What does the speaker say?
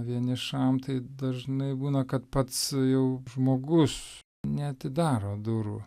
vienišam tai dažnai būna kad pats jau žmogus neatidaro durų